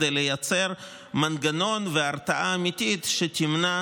כדי לייצר מנגנון והרתעה אמיתית שתמנע